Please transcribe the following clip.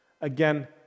Again